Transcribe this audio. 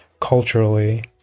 culturally